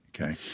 Okay